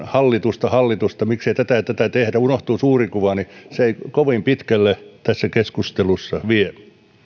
hallitusta miksi ei tätä ja tätä tehdä ja unohtuu suuri kuva ei kovin pitkälle tässä keskustelussa vie